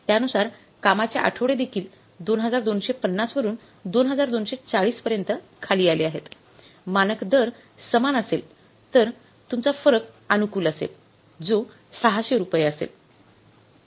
त्यानुसार कामाचे आठवडे देखील 2250 वरुन 2240 पर्यंत खाली आले आहेत मानक दर समान असेल तर तुमचा फरक अनुकूल असेल जो 600 रुपये असेल